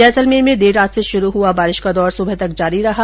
जैसलमेर में देर रात से शुरू हुआ बारिश का दौर सुबह तक जारी रहा